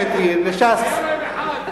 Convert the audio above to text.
היה להם אחד,